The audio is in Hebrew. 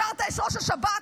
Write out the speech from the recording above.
השארת את ראש השב"כ,